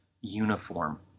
uniform